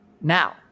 Now